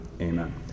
Amen